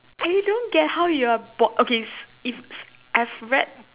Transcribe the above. eh don't get how you are bored okay is is I've read